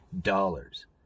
Dollars